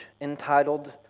entitled